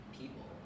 people